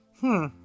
Hmm